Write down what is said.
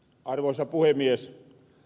arvoisa puhemies